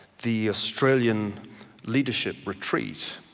the australian leadership retreat